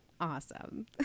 Awesome